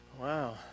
Wow